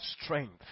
strength